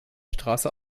straße